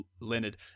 Leonard